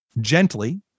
gently